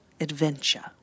adventure